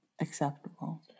Acceptable